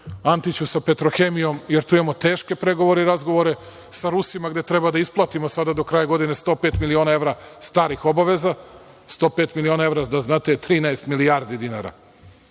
Antiću, sa „Petrohemijom“, jer tu imamo teške pregovore i razgovore sa Rusima, gde treba da isplatimo sada do kraja godine 105 miliona evra starih obaveza. Da znate, 105 miliona evra je 13 milijardi dinara,